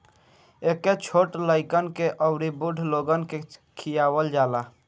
एके छोट लइकन के अउरी बूढ़ लोगन के खियावल जाला